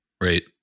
right